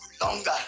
longer